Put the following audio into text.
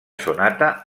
sonata